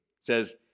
says